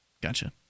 gotcha